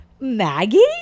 Maggie